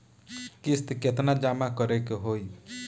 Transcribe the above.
किस्त केतना जमा करे के होई?